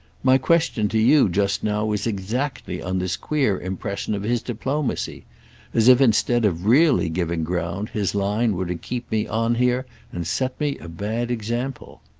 my question to you just now was exactly on this queer impression of his diplomacy as if instead of really giving ground his line were to keep me on here and set me a bad example.